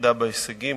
וירידה בהישגים,